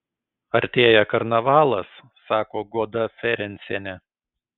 artėja karnavalas sako goda ferencienė